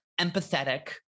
empathetic